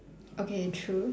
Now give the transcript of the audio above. okay true